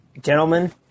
Gentlemen